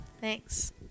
Thanks